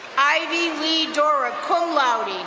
ivy lee dora, cum laude.